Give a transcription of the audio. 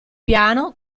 piano